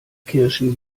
kirschen